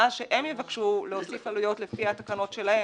ואז שהם יבקשו להוסיף עלויות לפי התקנות שלהם.